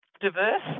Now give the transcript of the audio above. diverse